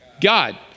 God